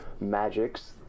magics